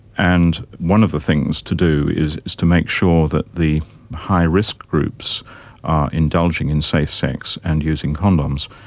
and one of the things to do is is to make sure that the high risk groups are indulging in safe sex and using condoms.